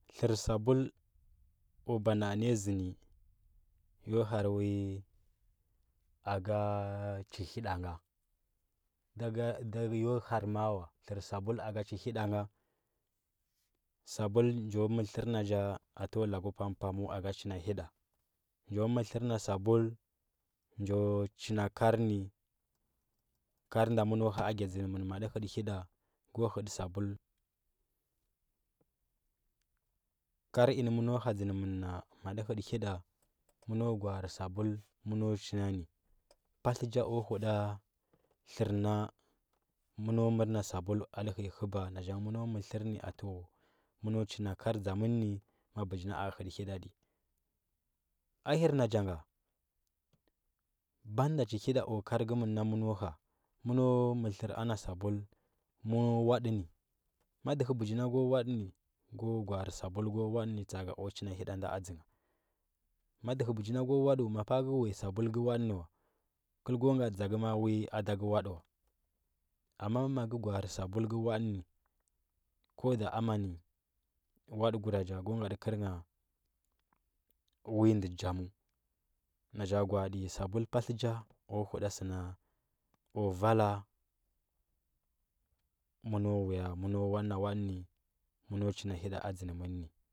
Tlər sabul ku ba na, a nay a zandd yo har ivi aka chi həda ga da yo har ma wa sabul aka chi hvda ga sabul njo mər tlər na cha atəwa laku pam pam aka chi na həda njo mər tlər na sabul njo chinna kar nə kar nda məno in a dzsn mən ma a lətə ləda kar in ne meno ha a dzen mən ma a lətə həda kar in ne meno ha dzen men na ma a hətə həda məno gware sabul məno china nə patlə nja ku huda tlar na məno mər ana sabul atə həi həba na cha ngə məno mər tlər na sabul məno china kar dzamən nd ma bəji na a hətə həda tə. ahir na cha nga banda chi həda ku kar kəmm dnn da məno ha mə mər tler ana sabul aəno ivadə nə ma dəhə brig da məno wada ma pa. a ka uya sabul ka wada nə kəl ko ngatə dzaka ma. a ivu aka wadd amma maka gwarə sabbul ka ka wade nə ko da amani wadə kura cha ko ngatə kərngha ivi ndə chamzu na cha gwa, atə sabul patlə cha a ku huda səna kwa vala məno uya məno wadə nə məno china həda a dzən mən.